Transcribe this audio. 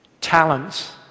talents